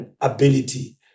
ability